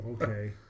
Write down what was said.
Okay